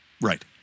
Right